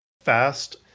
fast